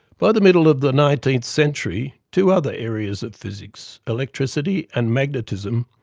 by the middle of the nineteenth century two other areas of physics, electricity and magnetism,